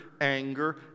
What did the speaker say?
anger